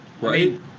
Right